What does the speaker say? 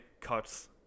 cuts